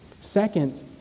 Second